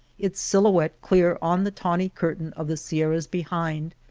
its silhouette clear on the tawny cur tain of the sierras behind,